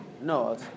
No